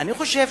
אני חושב